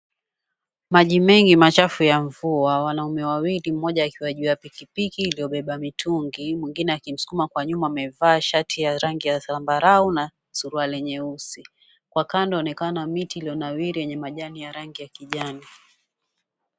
Maji mengi machafu ya mvua wanaume wawili mmoja akiwa juu ya pikipiki iliyobeba mitungi mwingine akimsukuma kwa nyuma amevaa shati ya rangi ya zambarau na suruali nyeusi, kwa kando yaonekana miti iliyonawiri yenye majani ya rangi ya kijani.